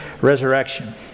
resurrection